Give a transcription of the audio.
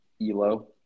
ELO